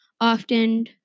often